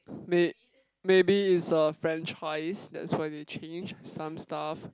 may maybe it's a franchise that's why they change some stuff